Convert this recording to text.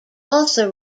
also